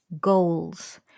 goals